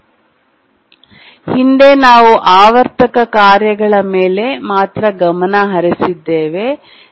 slide ಸಮಯ 0849 ನೋಡಿ ಹಿಂದೆ ನಾವು ಆವರ್ತಕ ಕಾರ್ಯಗಳ ಮೇಲೆ ಮಾತ್ರ ಗಮನ ಹರಿಸಿದ್ದೇವೆ